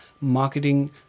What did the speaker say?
marketing